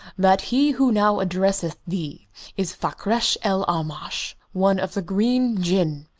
that he who now addresses thee is fakrash-el-aamash, one of the green jinn.